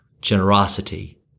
generosity